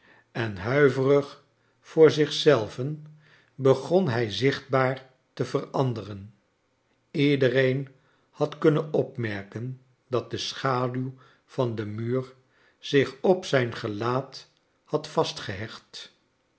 en huiverig voor zich zelven begon hij zichtbaar te veranderen iedereen had kunnen opmerken dat de schaduw van den muur zich op zrjn gelaat had vastgehecht